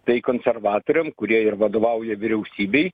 tai konservatoriam kurie ir vadovauja vyriausybei